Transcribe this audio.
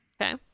okay